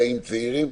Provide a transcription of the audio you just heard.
צעירים?